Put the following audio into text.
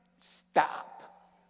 Stop